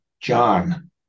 John